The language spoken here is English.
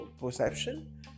perception